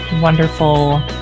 wonderful